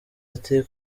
ati